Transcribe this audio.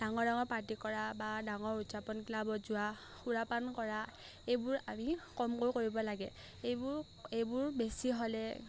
ডাঙৰ ডাঙৰ পাৰ্টী কৰা বা ডাঙৰ উদযাপন ক্লাবত যোৱা সুৰাপান কৰা এইবোৰ আমি কমকৈ কৰিব লাগে এইবোৰ এইবোৰ বেছি হ'লে